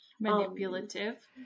manipulative